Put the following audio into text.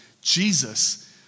Jesus